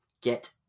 get